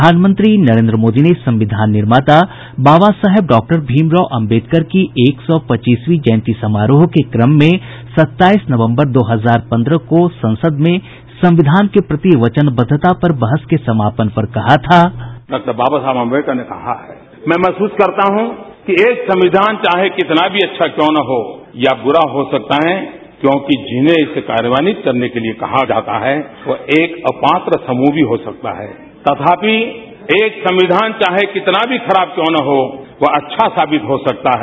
प्रधानमंत्री नरेन्द्र मोदी ने संविधान निर्माता बाबा साहेब डॉक्टर भीमराव अम्बेडकर की एक सौ पच्चीस जयंती समारोह के क्रम मं सत्ताईस नवम्बर दो हजार पन्द्रह को संसद में संविधान के प्रति वचनबद्वता पर बहस के समापन पर कहा था बाईट पीएम डॉ बाबा साहेब अंबेडकर ने कहा मैं महसूस करता हूं कि एक संविधान चाहे कितना भी अच्छा क्यों न हो या बुरा हो सकता है क्योंकि जिन्हें इसे कार्यान्यित करने के लिए कहा जाता है और एक अपात्र समूह भी हो सकता है तथापि एक संविधान चाहे कितना भी खरा क्यों न हो वह अच्छा साबित हो सकता है